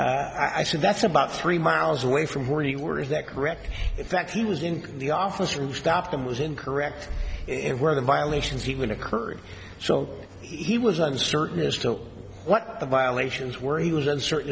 i said that's about three miles away from where you were is that correct in fact he was in the office rooftop and was incorrect it where the violations even occurred so he was uncertain as to what the violations were he was uncertain